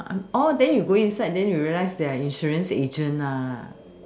then you go inside then you realize they are insurance agent